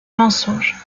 mensonges